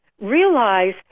realize